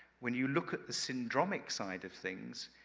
when you look at the syndromic side of things,